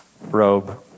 robe